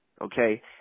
okay